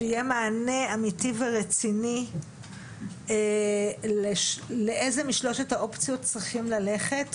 שיהיה מענה אמיתי ורציני לאיזה משלוש האופציות צריכים ללכת,